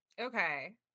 Okay